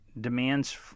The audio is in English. Demands